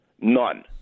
None